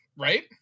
Right